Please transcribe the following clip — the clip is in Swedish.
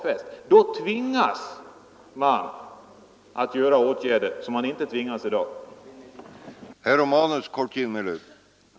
Med en sådan lagstiftning tvingas företagen att vidta åtgärder som de inte tvingas till i dag.